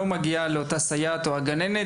לא מגיע אל אותה הסייעת או הגננת?